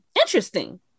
interesting